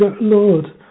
Lord